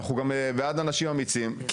אנחנו גם בעד אנשים אמיצים,